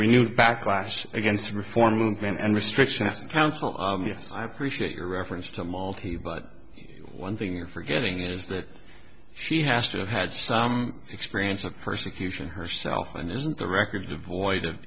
renewed backlash against the reform movement and restriction of council yes i appreciate your reference to multi but one thing you're forgetting is that she has to have had some experience of persecution herself and isn't the record devoid of